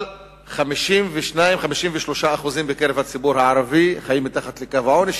אבל 52% 53% בקרב הציבור הערבי חיים מתחת לקו העוני,